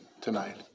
tonight